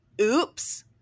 oops